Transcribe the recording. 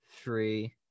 three